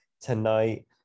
tonight